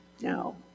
No